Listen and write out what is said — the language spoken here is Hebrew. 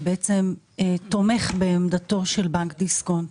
ובעצם תומך בעמדתו של בנק דיסקונט?